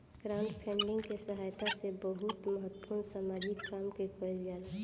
crowdfunding के सहायता से बहुत महत्वपूर्ण सामाजिक काम के कईल जाला